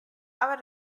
aber